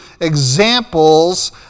examples